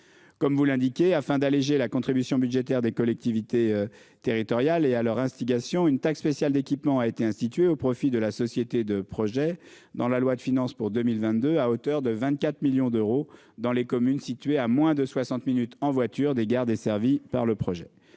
Comme vous l'indiquez afin d'alléger la contribution budgétaire des collectivités territoriales et à leur instigation, une taxe spéciale d'équipement a été instituée au profit de la société de projet dans la loi de finances pour 2022, à hauteur de 24 millions d'euros. Dans les communes situées à moins de 60 minutes en voiture des gares desservies par le projet.